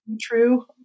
true